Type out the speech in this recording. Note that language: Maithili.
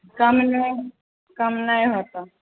कम नहि कम नहि होतऽ